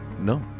No